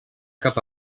cap